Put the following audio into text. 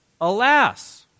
Alas